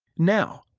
now,